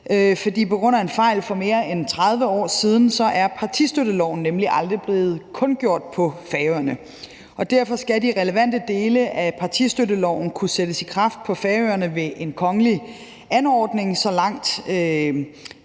For på grund af en fejl for mere end 30 år siden er partistøtteloven nemlig aldrig blevet kundgjort på Færøerne. Derfor skal de relevante dele af partistøtteloven kunne sættes i kraft på Færøerne ved en kongelig anordning, så der langt